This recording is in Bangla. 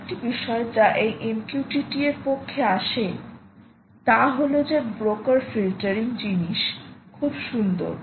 আরেকটি বিষয় যা এই MQTT এর পক্ষে আসে তা হল যে ব্রোকার ফিল্টারিং জিনিস খুব সুন্দর